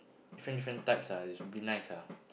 different different types ah it should be nice ah